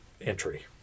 entry